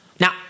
Now